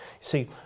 See